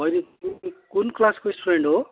बहिनी तिमी कुन क्लासको स्टुडेन्ट हो